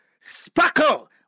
sparkle